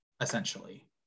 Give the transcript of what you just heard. essentially